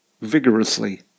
Vigorously